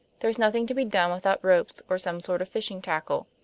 there's nothing to be done without ropes or some sort of fishing tackle,